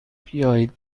بیاید